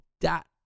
dot